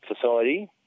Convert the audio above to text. society